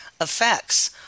effects